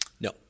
No